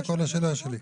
זה כל השאלה שלי.